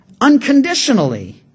unconditionally